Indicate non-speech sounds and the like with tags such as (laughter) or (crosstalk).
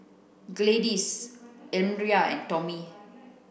Gladis (unintelligible) and Tommie